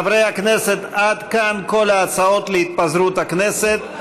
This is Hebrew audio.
חברי הכנסת, עד כאן כל ההצעות להתפזרות הכנסת.